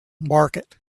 market